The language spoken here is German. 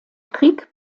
krieg